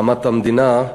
הקמת המדינה,